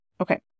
Okay